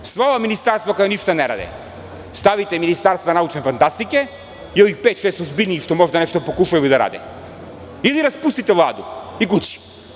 Sva ova ministarstva koja ništa ne rade, stavite ministarstvo naučne fantastike, ili pet-šest ozbiljnijih što možda nešto pokušaju da rade, ili raspustite Vladu i kući.